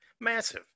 massive